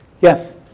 Yes